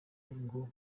ngo